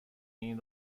این